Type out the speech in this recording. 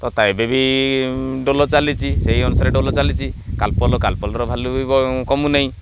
ତ ତ ଏବେ ବି ଡୋଲ୍ ଚାଲିଛି ସେଇ ଅନୁସାରେ ଡୋଲ ଚାଲିଛି କାଲପୋଲ୍ କାଲପୋଲ୍ର ଭାଲ୍ୟୁ ବି କମୁନାହିଁ